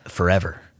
forever